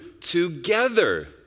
together